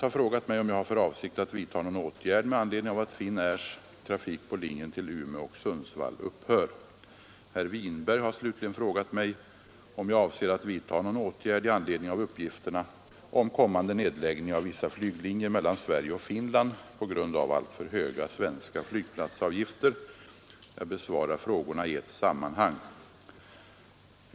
Herr Winberg har slutligen frågat mig om jag avser att vidtaga någon åtgärd i anledning av uppgifterna om kommande nedläggning av vissa flyglinjer mellan Sverige och Finland på grund av alltför höga svenska flygplatsavgifter. Jag besvarar frågorna i ett sammanhang.